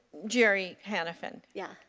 jerry hanefin? yeah